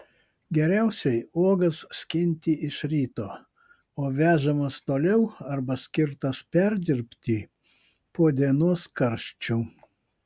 geriausiai uogas skinti iš ryto o vežamas toliau arba skirtas perdirbti po dienos karščių